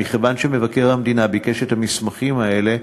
מכיוון שמבקר המדינה ביקש את המסמכים האלה,